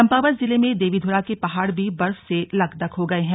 चंपावत जिले में देवीधुरा के पहाड़ भी बर्फ से लकदक हो गए है